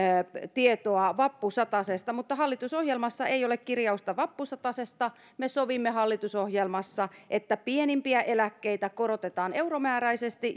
tietoa vappusatasesta hallitusohjelmassa ei ole kirjausta vappusatasesta me sovimme hallitusohjelmassa että pienimpiä eläkkeitä korotetaan euromääräisesti